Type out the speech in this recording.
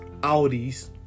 Audis